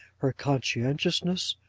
her conscientiousness,